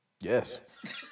Yes